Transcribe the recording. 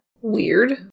Weird